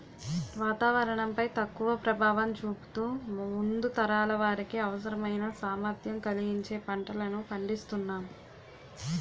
వాతావరణం పై తక్కువ ప్రభావం చూపుతూ ముందు తరాల వారికి అవసరమైన సామర్థ్యం కలిగించే పంటలను పండిస్తునాం